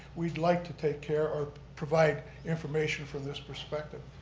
we'd like to take care or provide information from this perspective.